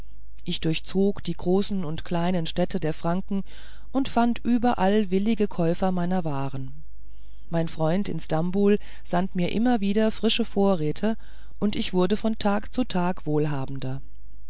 ich durchzog die großen und kleinen städte der franken und fand überall willige käufer meiner waren mein freund in stambul sandte mir immer wieder frische vorräte und ich wurde von tag zu tag wohlhabender